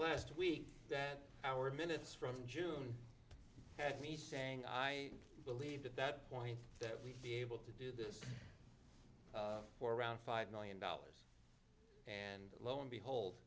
last week that our minutes from june had me saying i believed at that point that we'd be able to do for around five million dollars and lo and